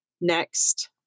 next